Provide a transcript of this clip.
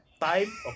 Time